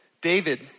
David